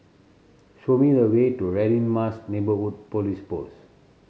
show me the way to Radin Mas Neighbourhood Police Post